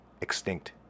Extinct